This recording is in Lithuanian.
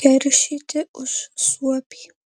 keršyti už suopį